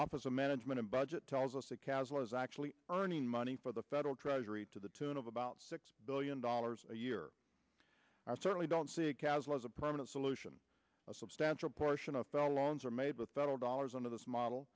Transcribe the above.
office of management and budget tells us that castle is actually earning money for the federal treasury to the tune of about six billion dollars a year i certainly don't see it as well as a permanent solution a substantial portion of the lawns are made with federal dollars under this model